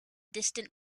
distant